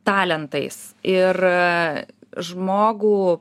talentais ir žmogų